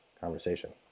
conversation